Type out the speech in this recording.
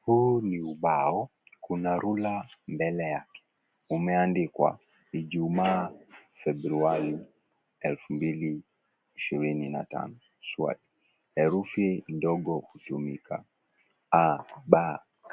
Huu ni ubao, Kuna rula mbele yake, umeandikwa ijumaa Februari elfu mbili ishirini na tano. Herufi ndogo kutumika, a b